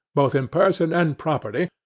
both in person and property,